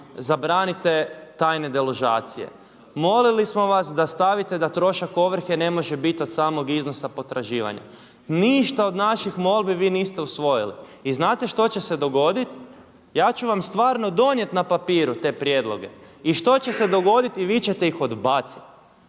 zabranite tajne deložacije. Molili smo vas da stavite da trošak ovrhe ne može biti od samog iznosa potraživanja. Ništa od naših molbi vi niste usvojili. I znate što će se dogoditi? Ja ću vam stvarno donijeti na papiru te prijedloge. I što će se dogoditi? Vi ćete ih odbaciti.